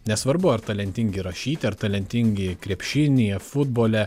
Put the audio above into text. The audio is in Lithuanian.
nesvarbu ar talentingi rašyti ar talentingi krepšinyje futbole